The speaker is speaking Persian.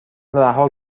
رها